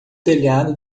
telhado